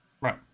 Right